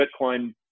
bitcoin